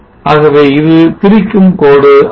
ஆகவே இது பிரிக்கும் கோடு ஆகும்